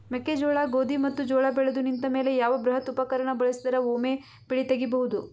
ಮೆಕ್ಕೆಜೋಳ, ಗೋಧಿ ಮತ್ತು ಜೋಳ ಬೆಳೆದು ನಿಂತ ಮೇಲೆ ಯಾವ ಬೃಹತ್ ಉಪಕರಣ ಬಳಸಿದರ ವೊಮೆ ಬೆಳಿ ತಗಿಬಹುದು?